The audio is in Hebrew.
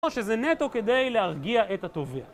או שזה נטו כדי להרגיע את התובע.